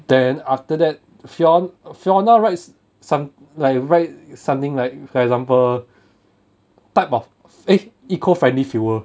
then after that fion~ fiona writes some like right something like for example type of eh eco friendly fuel